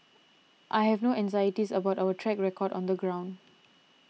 I have no anxieties about our track record on the ground